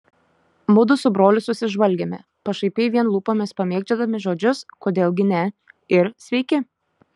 mudu su broliu susižvalgėme pašaipiai vien lūpomis pamėgdžiodami žodžius kodėl gi ne ir sveiki